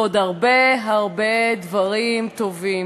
ועוד הרבה הרבה דברים טובים.